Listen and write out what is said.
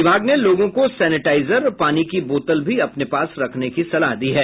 विभाग ने लोगों को सेनेटाइजर और पानी की बोतल भी रखने की सलाह दी है